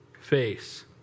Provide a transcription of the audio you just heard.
Face